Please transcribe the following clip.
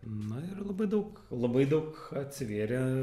na ir labai daug labai daug atsivėrė